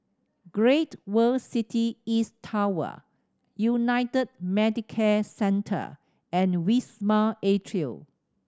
Great World City East Tower United Medicare Centre and Wisma Atria